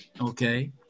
Okay